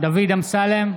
אמסלם,